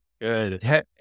Good